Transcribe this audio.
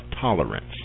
tolerance